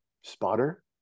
spotter